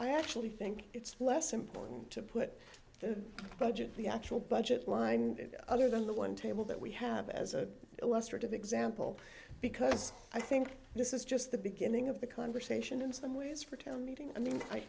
i actually think it's less important to put the budget the actual budget line other than the one table that we have as an illustrative example because i think this is just the beginning of the conversation in some ways for tell meeting